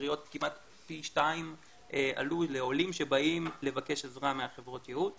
הקריאות כמעט פי שניים לעולים שבאים לבקש עזרה מחברות הייעוץ